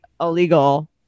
illegal